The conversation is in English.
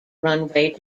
runway